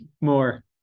more